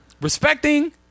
respecting